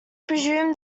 presume